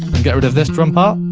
get rid of this drum part,